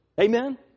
Amen